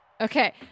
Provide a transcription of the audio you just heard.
Okay